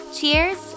Cheers